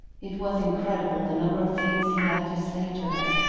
it was incredible, the number of things he had to say to her,